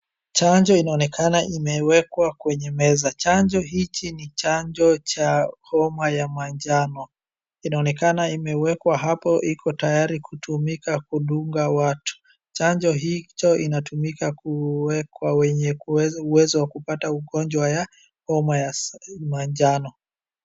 Chanjo inaonekana imewekwa kwenye meza. Chanjo hichi ni chanjo cha homa ya manjano. Inaonekana imewekwa hapo iko tayari kutumika kudunga watu. Chanjo hicho inatumika kwa wenye uwezo wa kupata ugonjwa ya homa ya manjano.